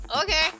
Okay